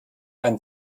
ein